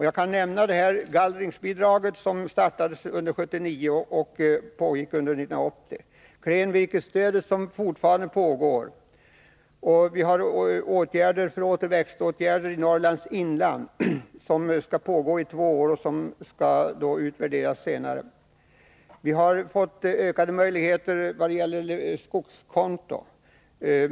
Jag kan nämna gallringsbidraget, som startade under 1979 och pågick under 1980, klenvirkesstödet, som fortfarande pågår, åtgärder för återväxt i Norrlands inland, som skall pågå i två år och senare utvärderas. Vi får ökade möjligheter i vad gäller skogskonto.